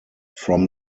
from